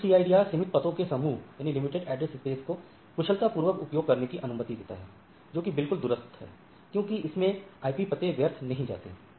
परंतु CIDR सीमित पतों के समूह को कुशलता पूर्वक उपयोग करने की अनुमति देता है जो कि बिल्कुल दुरुस्त है क्योंकि इसमें IP पते व्यर्थ नहीं जाते